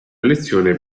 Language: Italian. elezione